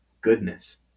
goodness